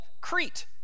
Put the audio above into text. Crete